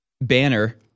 banner